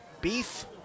beef